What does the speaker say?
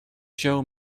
show